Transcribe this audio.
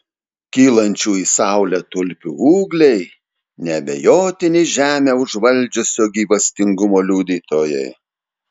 kylančių į saulę tulpių ūgliai neabejotini žemę užvaldžiusio gyvastingumo liudytojai